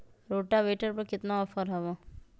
Rotavator पर केतना offer हव?